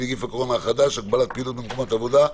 נגיף הקורונה החדש (הגבלת פעילות במקומות עבודה),